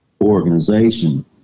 organization